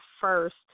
first